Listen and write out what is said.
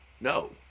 no